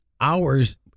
hours